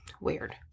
weird